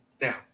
Now